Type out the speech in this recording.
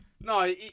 no